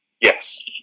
Yes